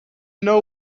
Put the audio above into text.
know